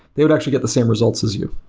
they would actually get the same results as you.